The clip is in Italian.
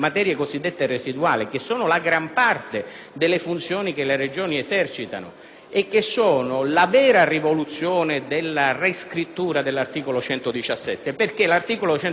e che costituiscono la vera rivoluzione della riscrittura dell'articolo 117. Infatti, l'articolo 117 dice che la funzione legislativa viene esercitata